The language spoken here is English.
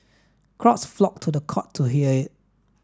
crowds flocked to the court to hear it